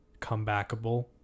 comebackable